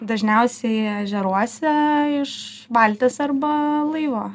dažniausiai ežeruose iš valties arba laivo